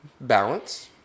Balance